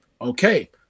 Okay